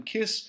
Kiss